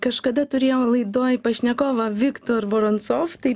kažkada turėjau laidoj pašnekovą viktor voroncov tai